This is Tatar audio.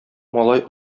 малай